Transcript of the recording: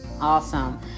Awesome